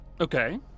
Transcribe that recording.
Okay